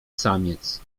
samiec